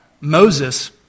Moses